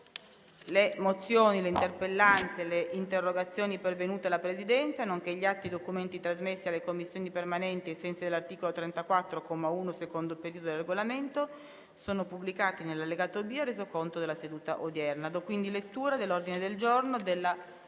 Le mozioni, le interpellanze e le interrogazioni pervenute alla Presidenza, nonché gli atti e i documenti trasmessi alle Commissioni permanenti ai sensi dell'articolo 34, comma 1, secondo periodo, del Regolamento sono pubblicati nell'allegato B al Resoconto della seduta odierna. **Ordine del giorno per la seduta